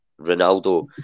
Ronaldo